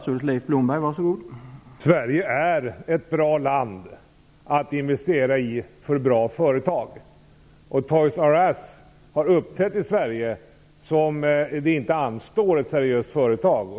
Herr talman! Sverige är ett bra land att investera i för bra företag. Toys R Us har uppträtt i Sverige på ett sätt om inte anstår ett seriöst företag.